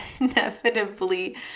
inevitably